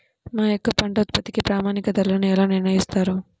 మా యొక్క పంట ఉత్పత్తికి ప్రామాణిక ధరలను ఎలా నిర్ణయిస్తారు?